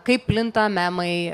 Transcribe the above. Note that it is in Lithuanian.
kaip plinta memai